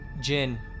Jin